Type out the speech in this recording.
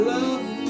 Love